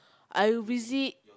I will visit